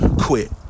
quit